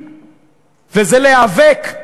להיאבק,